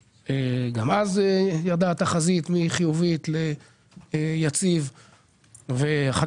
ישראל, שאזרחי ישראל זוכים ליהנות מהפירות שלהם.